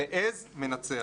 המעז מנצח.